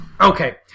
okay